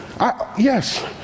Yes